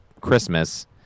Christmas